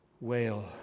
wail